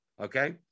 Okay